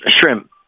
shrimp